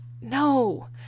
No